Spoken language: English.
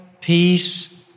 peace